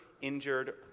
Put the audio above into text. injured